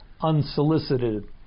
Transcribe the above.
unsolicited